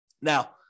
Now